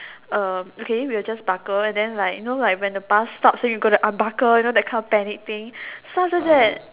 okay we'll just buckle and then like you know like when the bus stop so you got to unbuckle like that kind of panic thing so after that